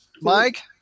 Mike